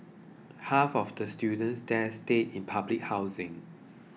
half of the students there stay in public housing